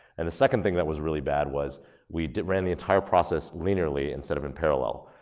and the second thing that was really bad was we ran the entire process linearly instead of in parallel.